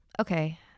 okay